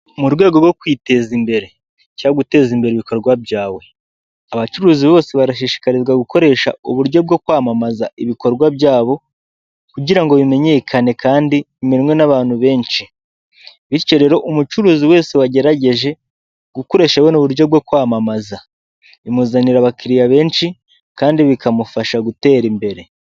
Mu rwego rwo kwiteza imbere cyangwa guteza imbere ibikorwa byawe abacuruzi bose barashishikarizwa gukoresha uburyo bwo kwamamaza ibikorwa byabo kugira ngo bimenyekane kandi bimenwe n'abantu benshi bityo rero umucuruzi wese wagerageje gukoresha buno buryo bwo kwamamaza bimuzanira abakiliriya benshi kandi bikamufasha gutera imbere .